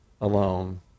alone